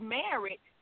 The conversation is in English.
married